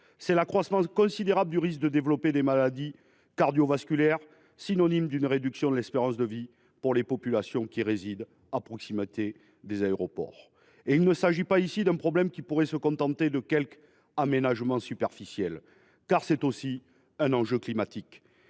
C'est l'accroissement considérable du risque de développer des maladies cardio-vasculaires, synonyme d'une réduction de l'espérance de vie pour les populations qui résident à proximité des aéroports. Et il ne s'agit pas ici d'un problème dont le règlement pourrait se limiter à quelques aménagements superficiels, car c'est aussi un enjeu climatique.